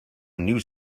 news